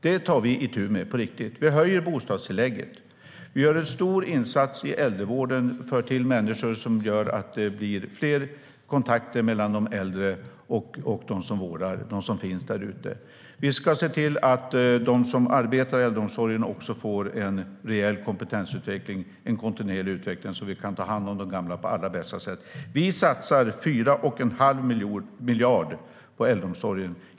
Det tar vi itu med på riktigt. Vi höjer bostadstillägget. Vi gör en stor insats i äldrevården och tillför människor, vilket gör att det blir fler kontakter mellan de äldre och dem som vårdar. Vi ska se till att de som arbetar i äldreomsorgen får rejäl kompetensutveckling och kontinuerlig utveckling, så att vi kan ta hand om de gamla på allra bästa sätt. Vi satsar 4 1⁄2 miljard på äldreomsorgen.